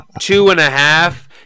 two-and-a-half